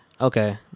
Okay